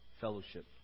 fellowship